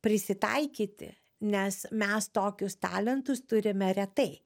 prisitaikyti nes mes tokius talentus turime retai